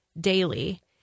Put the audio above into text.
daily